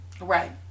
right